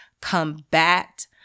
Combat